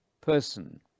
person